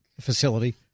facility